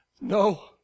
No